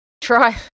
Try